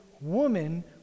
woman